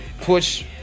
push